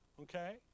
Okay